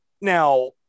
Now